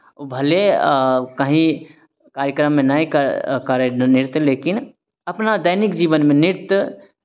ओ भले कहीँ कार्यक्रममे नहि क करय नृत्य लेकिन अपना दैनिक जीवनमे नृत्य